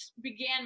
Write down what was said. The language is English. began